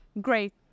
Great